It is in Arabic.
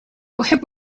أحب